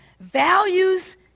Values